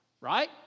Right